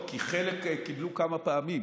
כי חלק קיבלו כמה פעמים,